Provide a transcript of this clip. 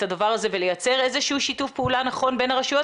הדבר הזה ולייצר איזשהו שיתוף פעולה נכון בין הרשויות.